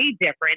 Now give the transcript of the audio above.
different